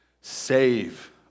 Save